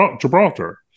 Gibraltar